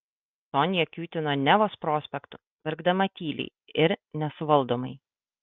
sonia kiūtino nevos prospektu verkdama tyliai ir nesuvaldomai